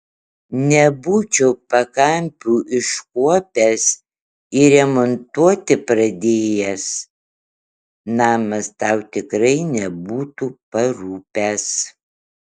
nebūčiau pakampių iškuopęs ir remontuoti pradėjęs namas tau tikrai nebūtų parūpęs